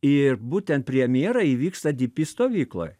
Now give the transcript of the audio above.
ir būtent premjera įvyksta dypi stovykloj